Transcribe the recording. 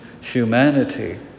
humanity